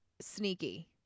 sneaky